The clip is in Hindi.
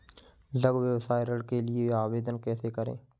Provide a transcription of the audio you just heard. लघु व्यवसाय ऋण के लिए आवेदन कैसे करें?